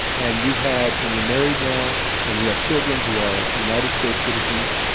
and you've had and you're married now and you have children who are united states citizens,